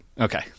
Okay